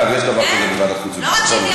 אגב, יש דבר כזה בוועדת חוץ וביטחון.